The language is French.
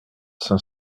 cinq